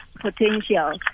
potential